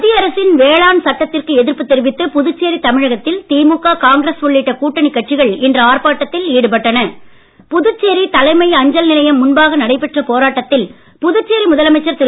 மத்திய அரசின் வேளாண் சட்டத்திற்கு எதிர்ப்பு தெரிவித்து புதுச்சேரி தமிழகத்தில் திமுக காங்கிரஸ் உள்ளிட்ட கூட்டணிக் கட்சிகள் இன்று தலைமை அஞ்சல் நிலையம் முன்பாக நடைபெற்ற போராட்டத்தில் புதுச்சேரி முதலமைச்சர் திரு